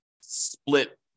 split